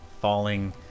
falling